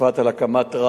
כתומכת.